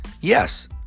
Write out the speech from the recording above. yes